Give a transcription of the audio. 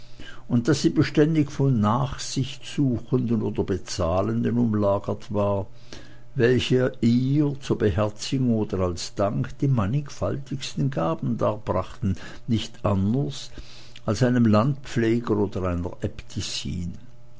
und daß sie beständig von nachsichtsuchenden oder bezahlenden umlagert war welche ihr zur beherzigung oder als dank die mannigfaltigsten gaben darbrachten nicht anders als einem landpfleger oder einer